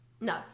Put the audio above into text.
No